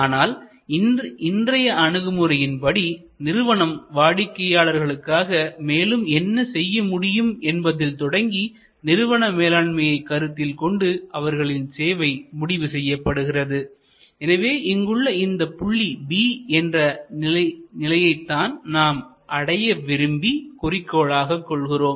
ஆனால் இன்றைய அணுகுமுறையின்படி நிறுவனம் வாடிக்கையாளர்களுக்காக மேலும் என்ன செய்ய முடியும் என்பதில் தொடங்கி நிறுவன மேலாண்மையை கருத்தில்கொண்டு அவர்களின் சேவை முடிவு செய்யப்படுகிறது எனவே இங்கு உள்ள இந்த புள்ளி B என்ற நிலையைத்தான் நாம் அடைய விரும்பி குறிக்கோளாக கொள்கிறோம்